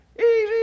Easy